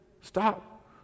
Stop